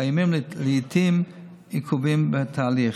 קיימים לעיתים עיכובים בתהליך.